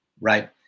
right